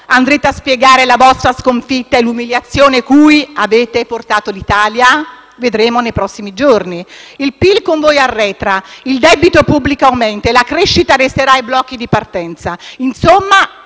andrete a spiegare la vostra sconfitta e l'umiliazione cui avete portato l'Italia? Lo vedremo nei prossimi giorni. Il PIL con voi arretra, il debito pubblico aumenta e la crescita resterà ai blocchi di partenza. Insomma,